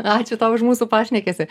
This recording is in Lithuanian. ačiū tau už mūsų pašnekesį